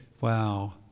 wow